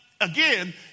again